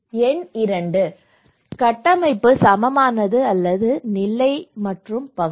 எண் 2 கட்டமைப்பு சமமான அல்லது நிலை மற்றும் பங்கு